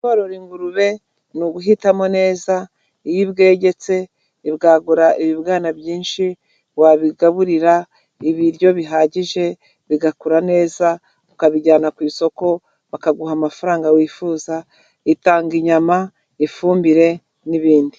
Korora ingurube ni uguhitamo neza, iyo ibwegetse ibwagura ibibwana byinshi, wabigaburira ibiryo bihagije bigakura neza, ukabijyana ku isoko, bakaguha amafaranga wifuza, itanga inyama, ifumbire n'ibindi.